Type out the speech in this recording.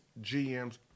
GMs